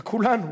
זה כולנו,